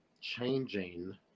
changing